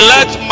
Let